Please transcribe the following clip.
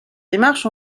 démarches